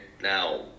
Now